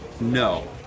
no